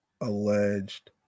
alleged